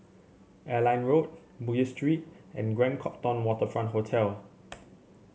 Airline Road Bugis Street and Grand Copthorne Waterfront Hotel